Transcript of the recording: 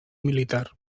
militar